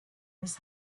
miss